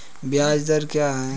ब्याज दर क्या है?